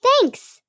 Thanks